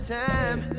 time